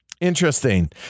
interesting